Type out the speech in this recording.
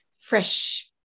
fresh